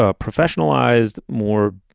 ah professionalized, more